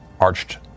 arched